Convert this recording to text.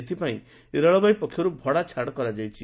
ଏଥିପାଇଁ ରେଳବାଇ ପକ୍ଷରୁ ଭଡ଼ା ଛାଡ଼ କରାଯାଇଛି